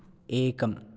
एकम्